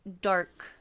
dark